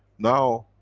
now,